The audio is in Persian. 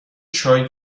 چای